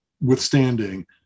withstanding